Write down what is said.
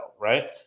right